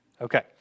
Okay